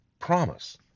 promise